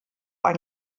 ein